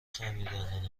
خمیردندان